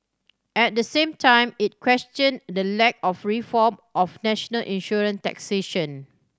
at the same time it questioned the lack of reform of national insurance taxation